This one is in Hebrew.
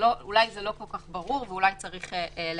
שאולי זה לא כל כך ברור ואולי צריך להבהיר,